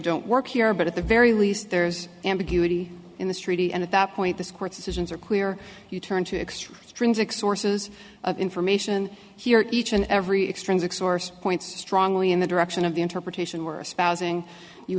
don't work here but at the very least there's ambiguity in this treaty and at that point this court decisions are clear you turn to extreme six sources of information here each and every extrinsic source points strongly in the direction of the interpretation were